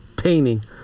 painting